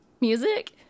music